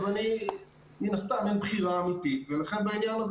אז מן הסתם אין בחירה אמיתית ולכן בעניין הזה